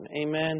Amen